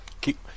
Keep